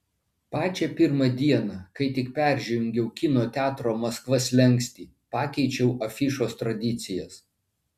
pačią pirmą dieną kai tik peržengiau kino teatro maskva slenkstį pakeičiau afišos tradicijas